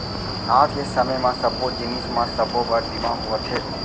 आज के समे म सब्बो जिनिस म सबो बर बीमा होवथे